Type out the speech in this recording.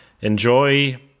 enjoy